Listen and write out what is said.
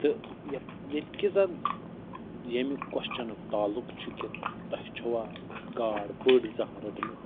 تہٕ ییٚتہِ کہِ زَن ییٚمہِ کۄچھَنُک تعلُق چھُ کہِ تۄہہِ چھوا گاڈ بٔڑ زانٛہہ رٔٹمٕژ